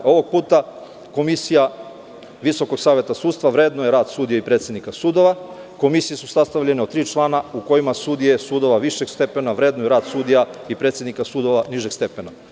Ovog puta, komisija VSS vrednuje rad sudova i predsednika sudova, komisije su sastavljene od tri člana u kojima sudije sudova višeg stepena vrednuju rad sudija i predsednika sudova nižeg stepena.